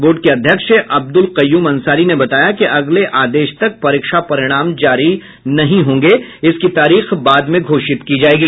board के अध्यक्ष अब्दुल क्यूम अंसारी ने बताया कि अगले आदेश तक परीक्षा परिणाम जारी नहीं होगी इसकी तारीख बाद में घोषित की जायेगी